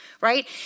Right